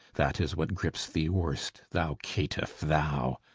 that is what grips thee worst, thou caitiff, thou!